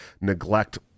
neglect